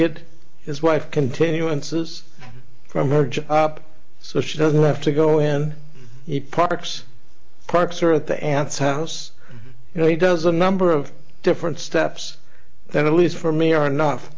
get his wife continuances from her job up so she doesn't have to go in the parks parks or at the aunt's house you know he does a number of different steps that at least for me are no